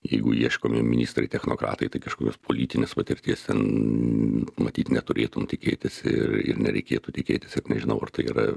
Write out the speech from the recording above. jeigu ieškomi ministrai technokratai tai kažkokios politinės patirties ten matyt neturėtum tikėtis ir ir nereikėtų tikėtis ir nežinau ar tai yra